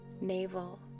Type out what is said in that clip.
navel